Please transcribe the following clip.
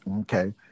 Okay